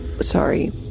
Sorry